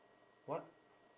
what